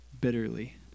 bitterly